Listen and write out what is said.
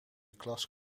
klas